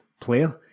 player